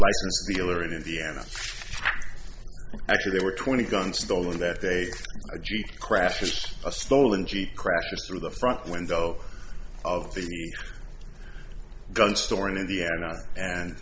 licensed dealer in indiana actually they were twenty gun stolen that they crashed a stolen jeep crashed through the front window of the gun store in indiana and